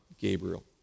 Gabriel